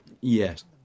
Yes